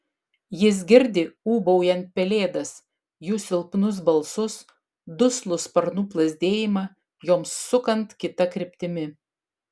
jis girdi ūbaujant pelėdas jų silpnus balsus duslų sparnų plazdėjimą joms sukant kita kryptimi